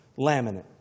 laminate